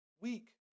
weak